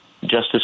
justice